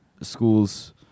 schools